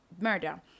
murder